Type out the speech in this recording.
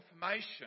confirmation